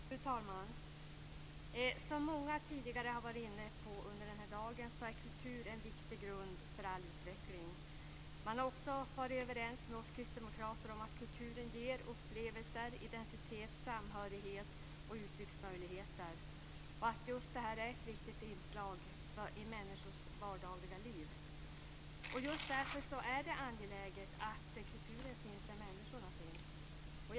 Fru talman! Som många tidigare har varit inne på under dagen är kultur en viktig grund för all utveckling. Man har också varit överens med oss kristdemokrater om att kulturen ger upplevelser, identitet, samhörighet och uttrycksmöjligheter och att kulturen är ett viktigt inslag i människors vardagliga liv. Just därför är det angeläget att kulturen finns där människorna finns.